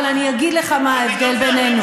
אבל אני אגיד לך מה ההבדל בינינו,